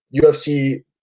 UFC